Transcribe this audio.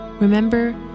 Remember